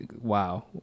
wow